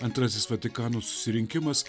antrasis vatikano susirinkimas